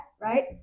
right